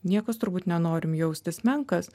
niekas turbūt nenorim jaustis menkas